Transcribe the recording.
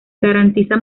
garantiza